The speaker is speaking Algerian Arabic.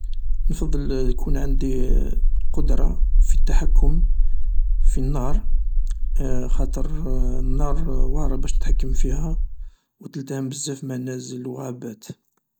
نفضل يكون عندي القدرة في التحكم في النار خاطر النار واعرة باش تتحكم فيها و تلتهم بزاف منازل و عباد.